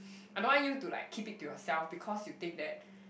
I don't want you to like keep it to yourself because you think that